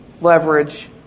leverage